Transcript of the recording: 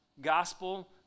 gospel